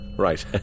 Right